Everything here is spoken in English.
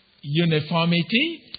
uniformity